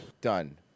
Done